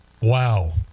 Wow